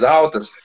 altas